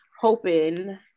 hoping